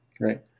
Right